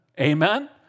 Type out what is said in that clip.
Amen